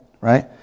right